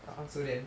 so then